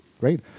Great